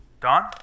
Don